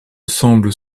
semblent